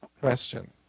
question